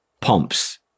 Pumps